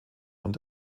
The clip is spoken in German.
und